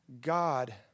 God